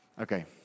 Okay